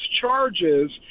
charges